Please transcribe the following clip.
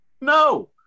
No